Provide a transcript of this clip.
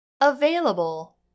Available